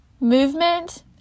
movement